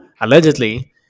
allegedly